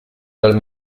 dal